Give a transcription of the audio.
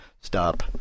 stop